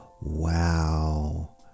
Wow